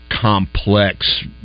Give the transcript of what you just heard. complex